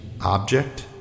Object